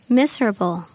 miserable